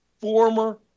former